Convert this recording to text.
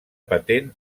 patent